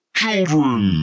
children